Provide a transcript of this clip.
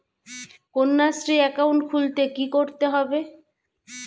Kanyashree account খুলতে কী করতে হবে?